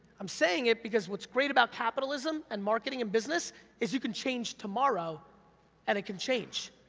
i'm saying it because what's great about capitalism and marketing and business is you can change tomorrow and it can change,